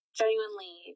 genuinely